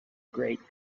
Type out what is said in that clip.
great